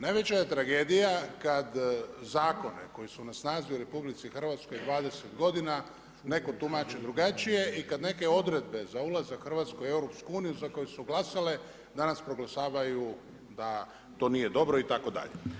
Najveća je tragedija kad zakone koji su na snazi u RH 20 godina netko tumači drugačije i kad neke odredbe za ulazak Hrvatske u EU, za koje su glasale danas proglašavaju da to nije dobro itd.